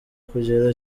kugera